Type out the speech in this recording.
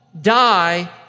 die